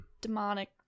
demonic